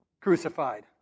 crucified